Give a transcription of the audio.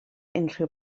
unrhyw